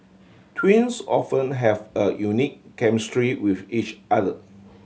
twins often have a unique chemistry with each other